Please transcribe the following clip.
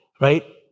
right